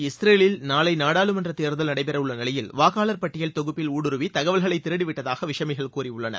இஸ்ரேலில் நாளை நாடாளுமன்ற தேர்தல் நடைபெறவுள்ள நிலையில் வாக்காளர் பட்டியல் தொகுப்பில் ஊடுருவி தகவல்களை திருடி விட்டதாக விசமிகள் கூறியுள்ளனர்